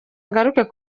ngaruke